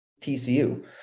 TCU